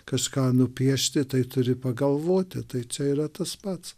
kažką nupiešti tai turi pagalvoti tai čia yra tas pats